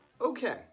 Okay